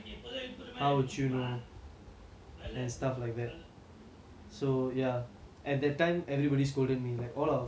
and stuff like that so ya at that time everybody scolded me like all our family members were there so all of them scolded me